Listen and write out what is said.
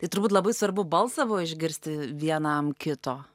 tai turbūt labai svarbu balsą buo išgirsti vienam kito